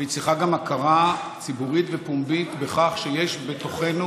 והיא צריכה גם הכרה ציבורית ופומבית בכך שיש בתוכנו